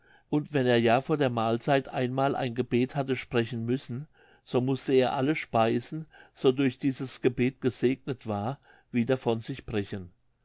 und wenn er ja vor der mahlzeit ein mal ein gebet hatte sprechen müssen so mußte er alle speise so durch dieses gebet gesegnet war wieder von sich brechen